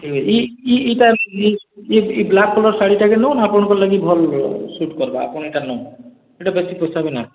ଠିକ୍ ଅଛେ ଇ'ଟା ଇ ବ୍ଲାକ୍ କଲର୍ ଶାଢ଼ୀ ଟାକେ ନେଉନ୍ ଆପଣଙ୍କର୍ ଲାଗି ଭଲ୍ ସୁଟ୍ କର୍ବା ଆପଣ୍ ଇ'ଟା ନେଉନ୍ ଇ'ଟା ବେଶୀ ପଇସା ବି ନା